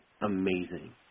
amazing